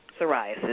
psoriasis